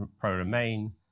pro-Remain